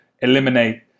eliminate